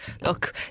look